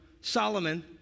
Solomon